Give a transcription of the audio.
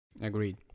Agreed